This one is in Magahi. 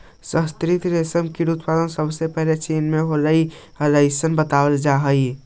शहतूत रेशम कीट उत्पादन सबसे पहले चीन में होलइ अइसन बतावल जा हई